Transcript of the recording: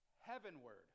heavenward